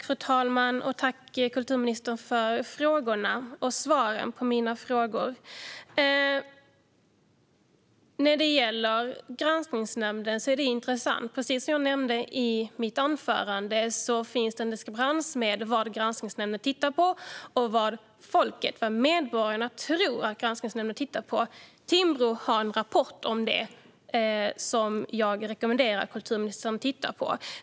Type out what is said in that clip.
Fru talman! Tack, kulturministern, för frågorna och för svaren på mina egna frågor! När det gäller Granskningsnämnden är det intressant. Precis som jag nämnde i mitt anförande finns det en diskrepans mellan vad Granskningsnämnden tittar på och vad folket, medborgarna, tror att Granskningsnämnden tittar på. Timbro har en rapport om det, som jag rekommenderar kulturministern att titta på.